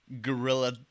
gorilla